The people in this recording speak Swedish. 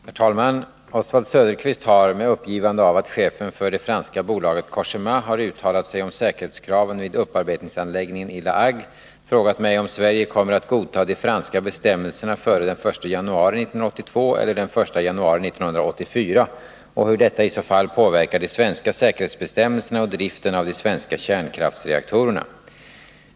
Herr talman! Oswald Söderqvist har — med uppgivande av att chefen för det franska bolaget Cogéma har uttalat sig om säkerhetskraven vid upparbetningsanläggningen i La Hague — frågat mig om Sverige kommer att godta de franska bestämmelserna före den 1 januari 1982 eller den 1 januari 1984 och hur detta i så fall påverkar de svenska säkerhetsbestämmelserna och driften av de svenska kärnkraftsreaktorerna.